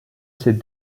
ces